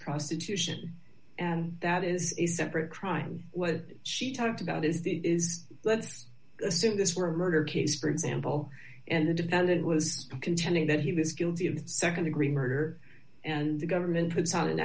prostitution and that is a separate crime what she talked about is the let's assume this were a murder case for example and the defendant was contending that he was guilty of nd degree murder and the government puts out an